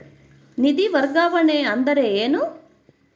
ನಿಧಿ ವರ್ಗಾವಣೆ ಅಂದರೆ ಏನು?